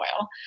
oil